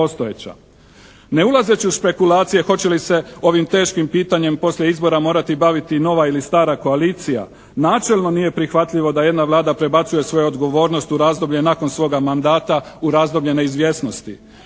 Ne ulazeći u špekulacije hoće li se ovim teškim pitanjem poslije izbora morati baviti nova ili stara koalicija načelno nije prihvatljivo da jedna Vlada prebacuje svoju odgovornost u razdoblje nakon svoga mandata u razdoblje neizvjesnosti,